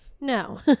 No